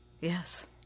Yes